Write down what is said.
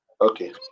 Okay